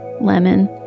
Lemon